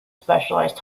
specialized